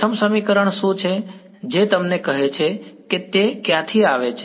પ્રથમ સમીકરણ શું છે જે તમને કહે છે કે તે ક્યાંથી આવે છે